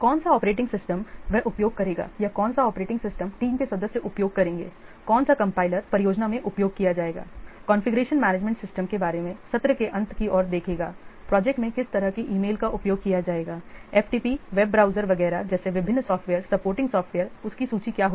कौन सा operating system वह उपयोग करेगा या कौन सा ऑपरेटिंग सिस्टम टीम के सदस्य उपयोग करेंगे कौन सा कंपाइलर परियोजना में उपयोग किया जाएगा कॉन्फ़िगरेशन मैनेजमेंट सिस्टम के बारे में सत्र के अंत की ओर देखेगा प्रोजेक्ट में किस तरह की email का उपयोग किया जाएगा FTP वेब ब्राउज़र वगैरह जैसे विभिन्न सॉफ्टवेयर सपोर्टिंग सॉफ़्टवेयरउस की सूची क्या होगी